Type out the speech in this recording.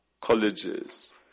colleges